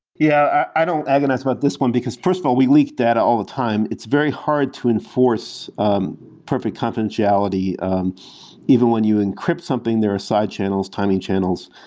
yeah, i don't agonize about this one, because, first of all, we leak data all the time. it's very hard to enforce um perfect confidentially. even when you encrypt something, there are side channels, timing channels.